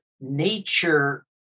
nature